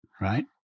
right